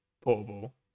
portable